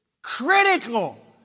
Critical